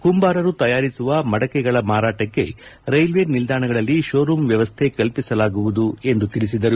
ಕುಂಬಾರರು ತಯಾರಿಸುವ ಮಡಿಕೆಗಳ ಮಾರಾಟಕ್ಕೆ ರೈಲ್ವೆ ನಿಲ್ದಾಣಗಳಲ್ಲಿ ಶೋರೂಂ ವ್ಯವಸ್ಥೆ ಕಲ್ಪಿಸಲಾಗುವುದು ಎಂದು ತಿಳಿಸಿದರು